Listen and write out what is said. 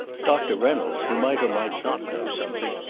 doctor reynolds, who might or might not know something,